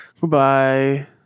Goodbye